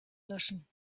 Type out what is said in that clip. löschen